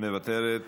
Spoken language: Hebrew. מוותרת,